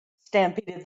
stampeded